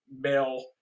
male